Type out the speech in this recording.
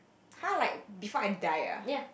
!huh! like before I die ah